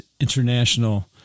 International